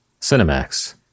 Cinemax